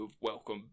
Welcome